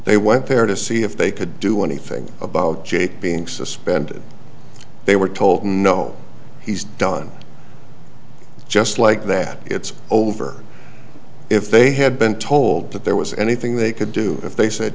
they went there to see if they could do anything about jake being suspended they were told no he's done just like that it's over if they had been told that there was anything they could do if they said